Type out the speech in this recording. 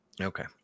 Okay